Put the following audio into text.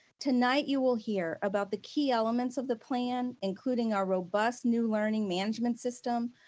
tonight you will hear about the key elements of the plan, including our robust new learning management system,